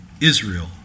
Israel